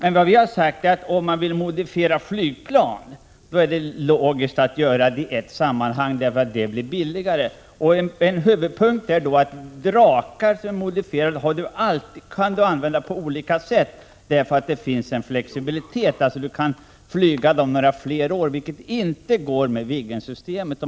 Vi har vidare sagt att om man vill modifiera flygplan är det logiskt att göra det i ett sammanhang, eftersom det blir billigare så. En huvudpunkt är då att modifierade Drakenplan kan användas på olika sätt — det finns en flexibilitet. Man kan flyga dem några fler år, vilket inte går med Viggensystemet.